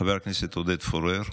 חבר הכנסת עודד פורר,